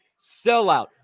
sellout